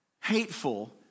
hateful